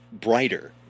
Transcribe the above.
brighter